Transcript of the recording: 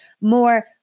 more